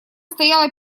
стояла